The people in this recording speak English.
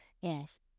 yes